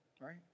Right